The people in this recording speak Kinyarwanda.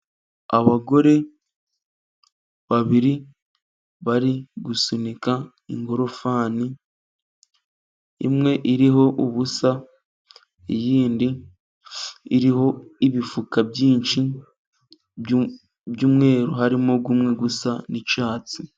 Abagore babiri bari gusunika ingofani, imwe iriho ubusa, iyindi iriho ibifuka byinshi by'umweru. harimo umwe gusa n'icyatsi.